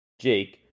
Jake